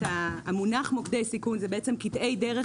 המונח מוקדי סיכון הוא בעצם קטעי דרך,